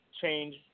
change